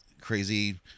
crazy